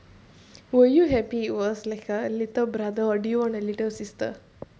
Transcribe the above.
were you happy it was like a little brother or do you want a little sister